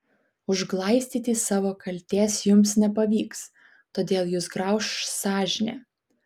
užglaistyti savo kaltės jums nepavyks todėl jus grauš sąžinė